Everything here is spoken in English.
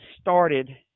started